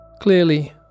Clearly